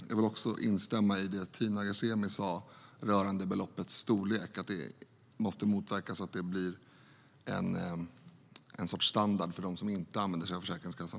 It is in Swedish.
Jag vill instämma i det som Tina Ghasemi sa rörande beloppets storlek, att det inte får bli en sorts standard för dem som inte använder sig av Försäkringskassan.